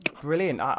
Brilliant